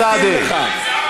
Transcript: אוסאמה סעדי.